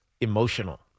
emotional